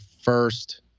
first